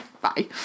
bye